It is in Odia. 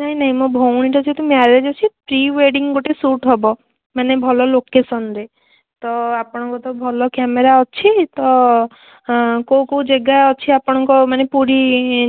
ନାହିଁ ନାହିଁ ମୋ ଭଉଣୀର ଯେହେତୁ ମ୍ୟାରେଜ୍ ଅଛି ପ୍ରି ୱେଡ଼ିଙ୍ଗ ଗୋଟେ ଶୁଟ୍ ହବ ମାନେ ଭଲ ଲୋକେସନ୍ରେ ତ ଆପଣଙ୍କର ତ ଭଲ କ୍ୟାମେରା ଅଛି ତ କେଉଁ କେଉଁ ଜାଗା ଅଛି ଆପଣଙ୍କ ମାନେ ପୁରୀ